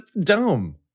Dumb